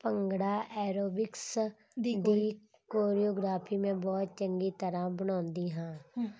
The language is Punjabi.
ਭੰਗੜਾ ਐਰੋਬਿਕਸ ਦੀ ਕੋਰਿਓਗ੍ਰਾਫੀ ਮੈਂ ਬਹੁਤ ਚੰਗੀ ਤਰ੍ਹਾਂ ਬਣਾਉਂਦੀ ਹਾਂ